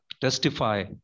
testify